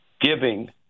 Giving